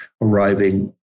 arriving